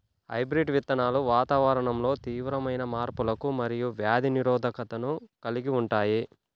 hybrid విత్తనాలు వాతావరణంలో తీవ్రమైన మార్పులకు మరియు వ్యాధి నిరోధకతను కలిగి ఉంటాయి